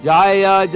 Jaya